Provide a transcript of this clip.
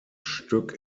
stück